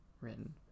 written